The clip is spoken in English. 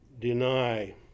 deny